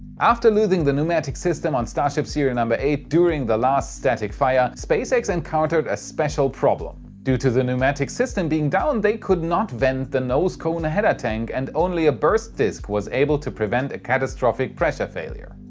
after loosing the pneumatic system on starship serial number eight during the last static fire, spacex encountered a special problem. due to the pneumatic system being down, they could not vent the nose cone header tank and only a burst disc was able to prevent a catastrophic pressure failure.